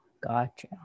Gotcha